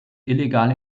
illegal